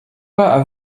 pas